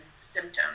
symptoms